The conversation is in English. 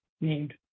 named